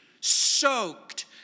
soaked